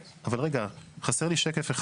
השקף הזה